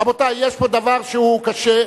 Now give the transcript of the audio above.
רבותי, יש פה דבר שהוא קשה.